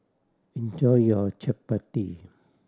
enjoy your chappati